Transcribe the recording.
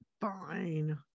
fine